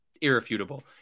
irrefutable